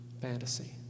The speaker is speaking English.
fantasy